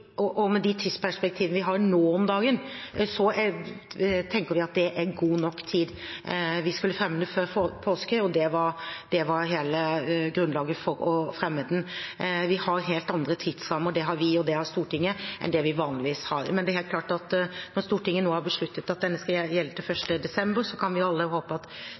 har nå om dagen, var det god nok tid. Vi skulle fremme det før påske, og det var hele grunnlaget for å fremme det. Vi har helt andre tidsrammer – det har vi, og det har Stortinget – enn det vi vanligvis har, men det er helt klart at når Stortinget nå har besluttet at dette skal gjelde til 1. desember, kan vi alle håpe på at